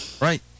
Right